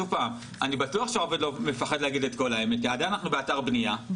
אני בטוח שהעובד מפחד להגיד את כל האמת כי עדיין אנחנו באתר בנייה,